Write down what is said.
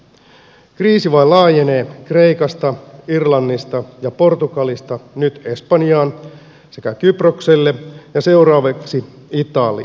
kriisi vain laajenee kreikasta irlannista ja portugalista nyt espanjaan sekä kyprokselle ja seuraavaksi italiaan